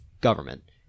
government